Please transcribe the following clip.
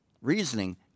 Reasoning